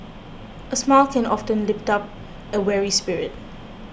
a smile can often lift up a weary spirit